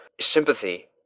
sympathy